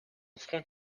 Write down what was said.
front